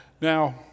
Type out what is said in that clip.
Now